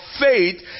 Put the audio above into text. faith